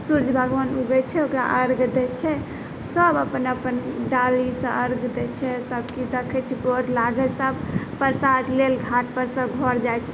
सूर्य भगवान उगै छै ओकरा अर्घ्य दइ छै सब अपन अपन डालीसँ अर्घ्य दै छै सबकिछु देखै छै गोर लागै सब लेल घाट परसँ परसाद लेल सब घर जाइ छै